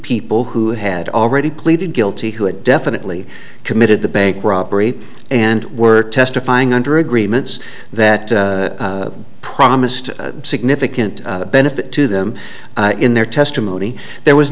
people who had already pleaded guilty who had definitely committed the bank robbery and were testifying under agreements that promised a significant benefit to them in their testimony there was